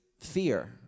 fear